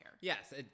Yes